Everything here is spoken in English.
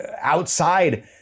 outside